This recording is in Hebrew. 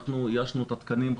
אנחנו איישנו את התקנים,